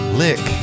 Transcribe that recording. lick